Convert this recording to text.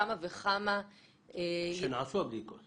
נעשו בדיקות.